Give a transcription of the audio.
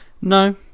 No